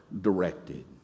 directed